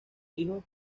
hijos